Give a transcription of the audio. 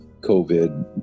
COVID